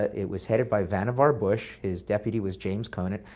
it was headed by vannevar bush. his deputy was james conant.